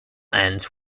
ends